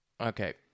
Okay